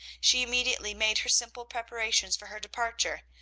she immediately made her simple preparations for her departure,